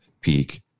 peak